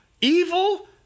evil